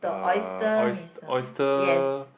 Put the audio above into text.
uh oys~ oyster